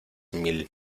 mil